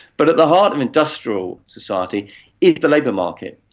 but at the heart of industrial society is the labour market,